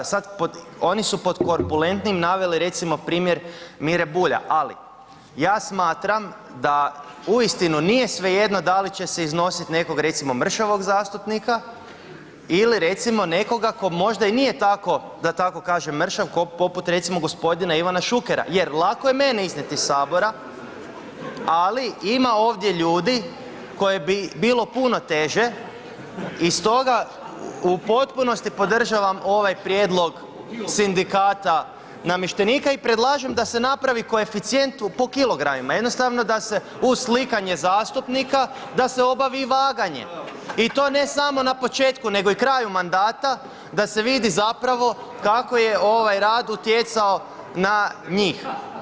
Sad pod, oni su pod korpulentnim naveli recimo primjer Mire Bulja, ali ja smatram da uistinu nije svejedno da li će iznosit nekog recimo mršavog zastupnika ili recimo nekoga tko možda i nije tako, da tako kažem mršav, ko poput recimo gospodina Ivana Šukera, jer lako je mene iznijeti iz sabora, ali ima ovdje ljudi koje bi bilo puno teže i stoga u potpunosti podržavam ovaj prijedlog sindikata namještenika i predlažem da se napravi koeficijent po kilogramima, jednostavno da se uz slikanje zastupnika da se obavi i vaganje, i to ne samo na početku i kraju mandata da se vidi zapravo kako je ovaj rad utjecao na njih.